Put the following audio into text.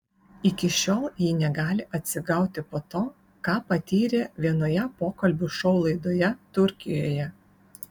iki šiol ji negali atsigauti po to ką patyrė vienoje pokalbių šou laidoje turkijoje